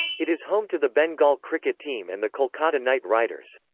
it is home to the bengal cricket team and the kolkata knight riders.